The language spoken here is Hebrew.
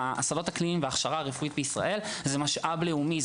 השדות הקליניים וההכשרה הרפואית בישראל זה משאב לאומי,